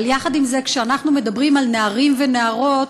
אבל יחד עם זה, כשאנחנו מדברים על נערים ונערות,